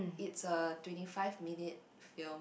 it's a twenty five minute film